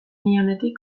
nionetik